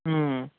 হুম